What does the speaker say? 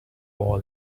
wall